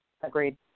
Agreed